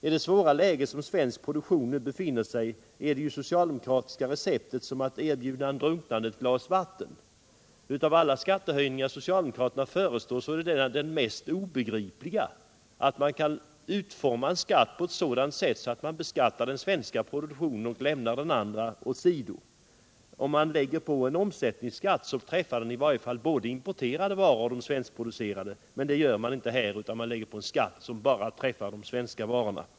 I det svåra läge som svensk produktion nu befinner sig i innebär det socialdemokratiska receptet detsamma som att erbjuda en drunknande ett glas vatten. Av alla skattehöjningar som socialdemokraterna föreslår är detta den mest obegripliga — man utformar en skatt på ett sådant sätt att man beskattar den svenska produktionen och lämnar den andra åsido. Om man lägger på en omsättningsskatt träffar den i varje fall både importerade varor och svenskproducerade varor, men det gör man inte här, utan man lägger på en skatt som bara träffar de svenska varorna.